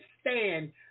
stand